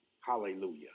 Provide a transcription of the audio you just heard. hallelujah